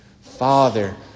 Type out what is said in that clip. Father